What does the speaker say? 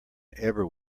ever